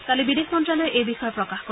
কালি বিদেশ মন্ত্ৰ্যালয়ে এইবিষয়ে প্ৰকাশ কৰে